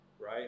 right